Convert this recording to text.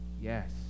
Yes